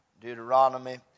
Deuteronomy